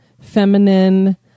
feminine